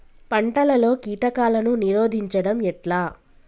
పంటలలో కీటకాలను నిరోధించడం ఎట్లా?